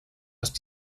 ist